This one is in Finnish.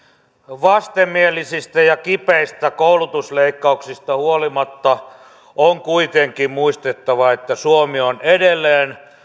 vastenmielisistä ja kipeistä koulutusleikkauksista huolimatta on kuitenkin muistettava että suomi on edelleen